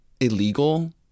illegal